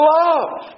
love